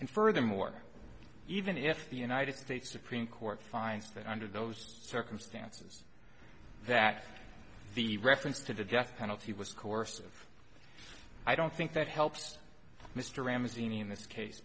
and furthermore even if the united states supreme court finds that under those circumstances that the reference to the death penalty was coercive i don't think that helps mr ramsey in this case